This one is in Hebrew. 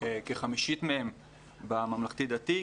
כחמישית מהם בממלכתי דתי,